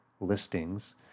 listings